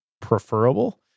preferable